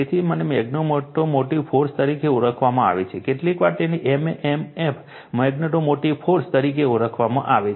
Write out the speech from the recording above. તેથી આને magnetomotive force તરીકે ઓળખવામાં આવે છે કેટલીકવાર તેને m m f magnetomotive force તરીકે ઓળખવામાં આવે છે